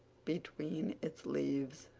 between its leaves.